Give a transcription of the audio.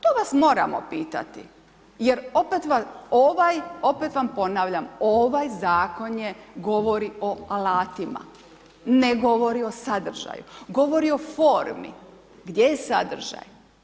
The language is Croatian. To vas moramo pitati jer opet vam ponavljam, ovaj Zakon govori o alatima, ne govori o sadržaju, govori o formi, gdje je sadržaj?